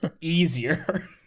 easier